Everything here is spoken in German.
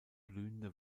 blühende